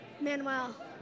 manuel